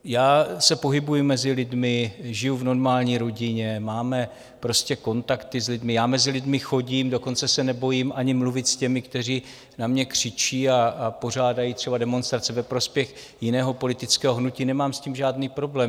Já se pohybuji mezi lidmi, žiju v normální rodině, máme kontakty s lidmi, já mezi lidmi chodím, dokonce se nebojím ani mluvit s těmi, kteří na mě křičí a pořádají třeba demonstrace ve prospěch jiného politického hnutí, nemám s tím žádný problém.